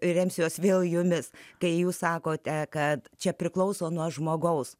remsiuosi vėl jumis kai jūs sakote kad čia priklauso nuo žmogaus